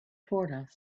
towards